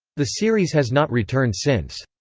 the series has not returned since.